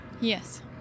Yes